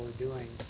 doing.